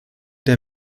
der